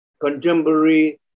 contemporary